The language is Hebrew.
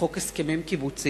לחוק הסכמים קיבוציים?